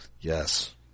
Yes